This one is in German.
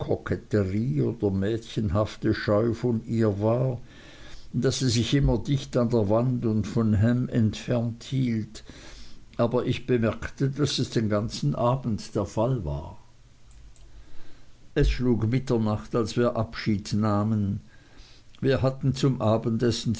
koketterie oder mädchenhafte scheu von ihr war daß sie sich immer dicht an der wand und von ham entfernt hielt aber ich bemerkte daß es den ganzen abend der fall war es schlug mitternacht als wir abschied nahmen wir hatten zum abendessen